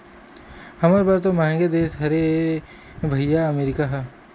हमर बर तो मंहगे देश हरे रे भइया अमरीका ह